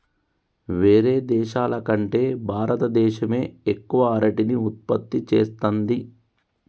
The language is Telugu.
వేరే దేశాల కంటే భారత దేశమే ఎక్కువ అరటిని ఉత్పత్తి చేస్తంది